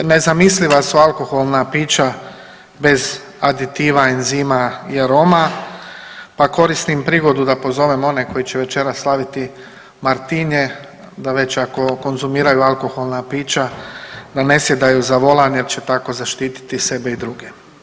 Nezamisliva su alkoholna pića bez aditiva, enzima i aroma pa koristim prigodu da pozovem one koji će večeras slaviti Martinje, da već, ako konzumiraju alkoholna pića, da ne sjedaju za volan jer će tako zaštiti sebe i druge.